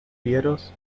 fieros